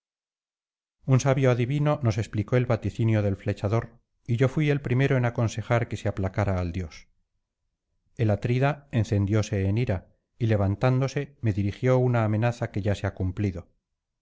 un sabio adivino nos explicó el vaticinio del flechador y yo fui el primero en aconsejar que se aplacara al dios el atrida encendióse en ira y levantándose me dirigió una amenaza que ya se ha cumplido